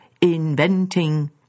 inventing